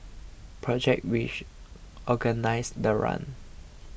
project which organised the run